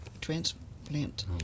transplant